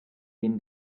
been